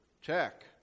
Check